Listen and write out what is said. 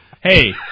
Hey